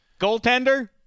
goaltender